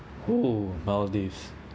[ho] maldives